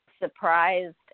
surprised